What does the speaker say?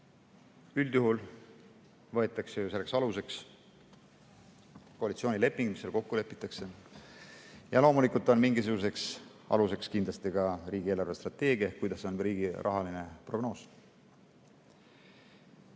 Üldjuhul võetakse aluseks koalitsioonileping, see, mis seal kokku lepitakse. Loomulikult on mingisuguseks aluseks kindlasti ka riigi eelarvestrateegia ehk riigi rahaline prognoos.